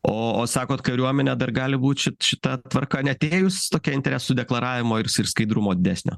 o o sakot kariuomenę dar gali būt ši šita tvarka neatėjus tokia interesų deklaravimo ir ir skaidrumo didesnio